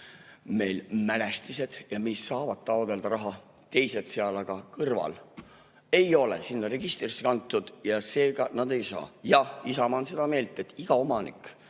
on mälestised ja mis saavad taotleda raha, teised seal kõrval ei ole sinna registrisse kantud ja seega nad ei saa. Jah, Isamaa on seda meelt, et iga omanik